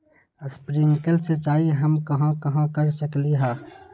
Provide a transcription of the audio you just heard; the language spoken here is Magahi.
स्प्रिंकल सिंचाई हम कहाँ कहाँ कर सकली ह?